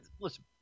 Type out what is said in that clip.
listen